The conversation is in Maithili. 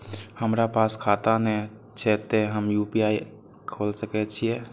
हमरा पास खाता ने छे ते हम यू.पी.आई खोल सके छिए?